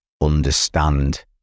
understand